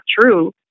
true